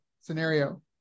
scenario